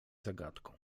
zagadką